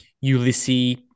Ulysses